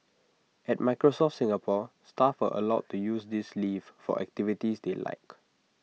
at Microsoft Singapore staff are allowed to use this leave for activities they like